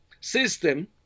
system